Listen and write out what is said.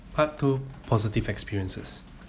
part two positive experiences